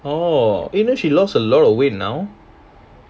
orh eh didn't she lost a lot of weight now